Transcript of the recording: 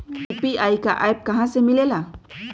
UPI का app कहा से मिलेला?